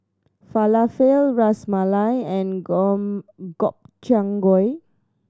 Falafel Ras Malai and Gobchang Gui